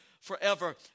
forever